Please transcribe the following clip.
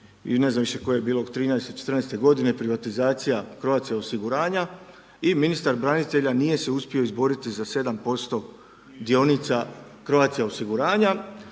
i ne znam više koje je bilo '13.-te, '14. godine privatizacija Croatia osiguranja i ministar branitelja nije se uspio izboriti za 7% dionica Croatia osiguranja.